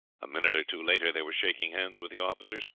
a minute or two later they were shaking hands with the officers,